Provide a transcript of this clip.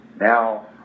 now